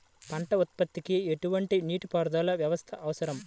పంట ఉత్పత్తికి ఎటువంటి నీటిపారుదల వ్యవస్థ అవసరం?